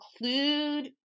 include